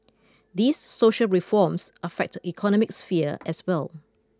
these social reforms affect economic sphere as well